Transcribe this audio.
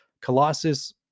Colossus